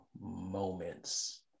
moments